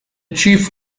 chief